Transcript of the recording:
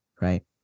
right